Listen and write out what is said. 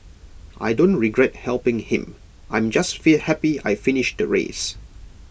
I don't regret helping him I'm just happy I finished the race